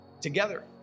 together